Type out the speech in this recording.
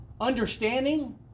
understanding